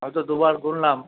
আমি তো দুবার গুনলাম